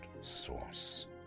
source